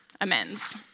amends